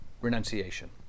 renunciation